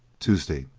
tuesday